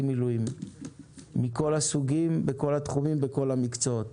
מילואים מכל הסוגים בכל התחומים בכל המקצועות.